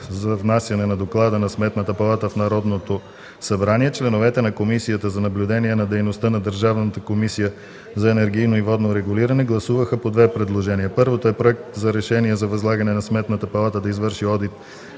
на внасяне на доклада на Сметната палата в Народното събрание, членовете на Комисия за наблюдение на дейността на Държавна комисия за енергийно и водно регулиране гласуваха по две предложения. 1. Проект за решение за възлагане на Сметната палата да извърши одит